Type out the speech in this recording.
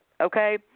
Okay